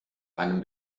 einem